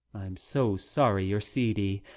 i'm so sorry you're seedy.